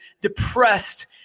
depressed